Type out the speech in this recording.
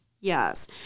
Yes